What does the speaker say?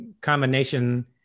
combination